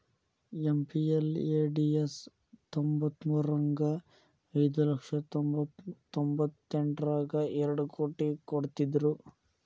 MPLADS ತ್ತೊಂಬತ್ಮುರ್ರಗ ಐದು ಲಕ್ಷ ತೊಂಬತ್ತೆಂಟರಗಾ ಎರಡ್ ಕೋಟಿ ಕೊಡ್ತ್ತಿದ್ರು